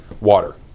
water